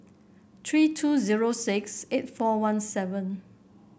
three two zero six eight four one seven